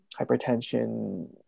hypertension